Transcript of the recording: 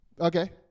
Okay